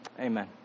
Amen